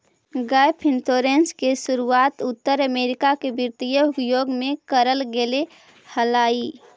gap insurance के शुरुआत उत्तर अमेरिका के वित्तीय उद्योग में करल गेले हलाई